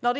När